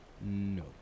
No